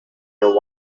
your